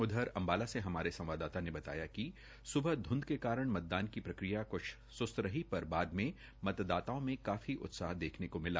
उधर अम्बाला से हमारे संवाददाता ने बताया कि सुबह ध्ध के कारण मतदान की प्रक्रिया क्छ सुस्त रही र बाद में मतदाताओं ने काफी उत्साह देखने को मिला